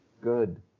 good